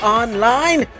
online